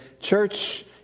church